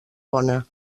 bona